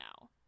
now